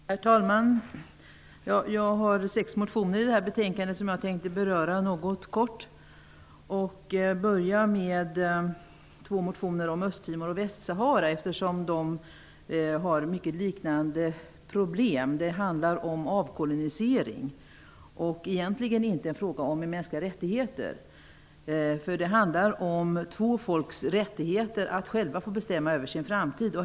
Herr talman! Jag har sex motioner i det här betänkandet som jag kort tänkte beröra. Jag tänkte börja med två motioner om Östtimor och Västsahara eftersom de har liknande problem. Det handlar om avkolonisering. Det är egentligen inte en fråga om mänskliga rättigheter. Det handlar om två folks rättigheter att själva få bestämma över sin framtid.